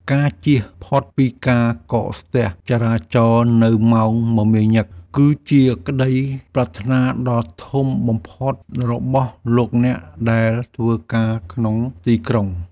ការជៀសផុតពីការកកស្ទះចរាចរណ៍នៅម៉ោងមមាញឹកគឺជាក្តីប្រាថ្នាដ៏ធំបំផុតរបស់លោកអ្នកដែលធ្វើការក្នុងទីក្រុង។